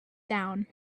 down